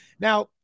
Now